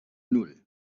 nan